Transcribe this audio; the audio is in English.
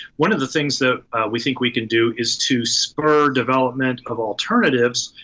one of the things that we think we can do is to spur development of alternatives,